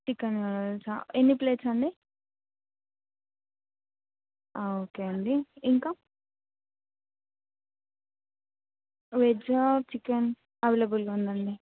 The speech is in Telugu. చికెన్ ఎన్ని ప్లేట్స్ అండి ఓకే అండి ఇంకా వెజ్ చికెన్ అవైలబుల్గా ఉందండి